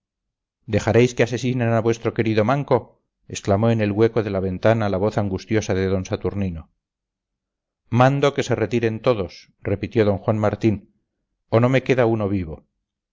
dejaréis que asesinen a vuestro querido manco exclamó en el hueco de la ventana la voz angustiosa de d saturnino mando que se retiren todos repitió don juan martín o no me queda uno vivo